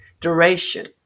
Duration